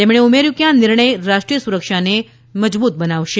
તેમણે ઉમેર્યું કે આ નિર્ણય રાષ્ટ્રીય સુરક્ષાને મજબૂત બનાવશે